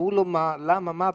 אמרו לו מה, למה, מה הבעיה?